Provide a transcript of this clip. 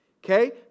Okay